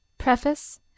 Preface